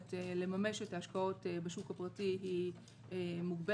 היכולת לממש את ההשקעות בשוק הפרטי היא מוגבלת.